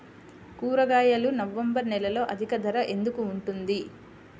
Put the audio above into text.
కూరగాయలు నవంబర్ నెలలో అధిక ధర ఎందుకు ఉంటుంది?